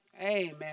Amen